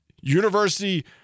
university –